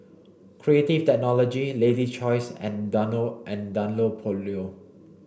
Creative Technology Lady's Choice and and Dunlopillo